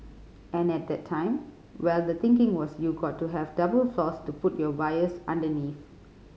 and at that time well the thinking was you got to have double floors to put your wires underneath